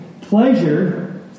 pleasure